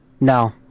No